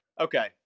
Okay